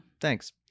Thanks